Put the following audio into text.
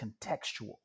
contextual